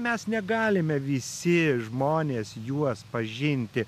mes negalime visi žmonės juos pažinti